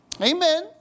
Amen